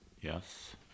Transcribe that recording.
Yes